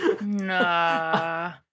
Nah